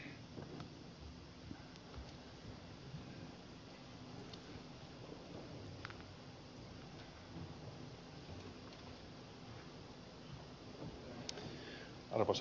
arvoisa puhemies